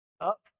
up